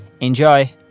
Enjoy